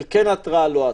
של התראה או לא התראה,